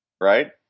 right